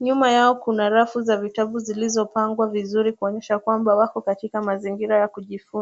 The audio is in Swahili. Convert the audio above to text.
Nyuma yao kuna rafu za vitabu zilizopangwa vizuri kuonyesha kwamba wako katika mazingira ya kujifunza.